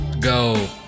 Go